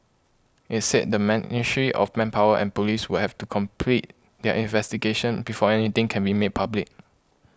it said the Ministry of Manpower and police would have to complete their investigations before anything can be made public